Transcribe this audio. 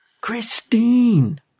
Christine